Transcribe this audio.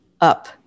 up